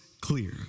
clear